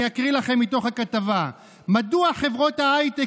אקרא לכם מתוך הכתבה: "מדוע חברות ההייטק,